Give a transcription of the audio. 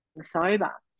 sober